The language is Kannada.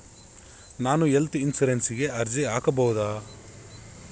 ನಾನು ಹೆಲ್ತ್ ಇನ್ಶೂರೆನ್ಸಿಗೆ ಅರ್ಜಿ ಹಾಕಬಹುದಾ?